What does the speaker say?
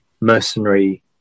mercenary